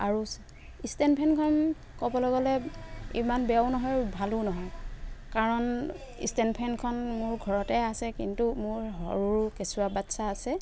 আৰু ইষ্টেণ্ড ফেনখন ক'বলৈ গ'লে ইমান বেয়াও নহয় ভালো নহয় কাৰণ ইষ্টেণ্ড ফেনখন মোৰ ঘৰতে আছে কিন্তু মোৰ সৰু কেঁচুৱা বাচ্ছা আছে